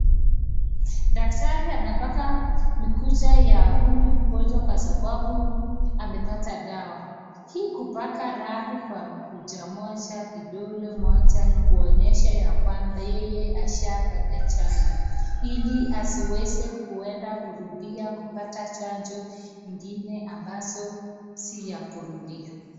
Daktari anapaka makucha ya huyu mgonjwa kwa sababu amepata dawa. Hii kupaka rangi kwa kucha moja, kidole moja ni kuonyesha ya kwamba yeye ashapata chanjo ili asiweze kueda kurudia kupata chanjo ingine ambazo si ya kurudia.